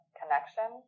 connection